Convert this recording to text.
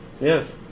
Yes